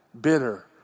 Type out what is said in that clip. bitter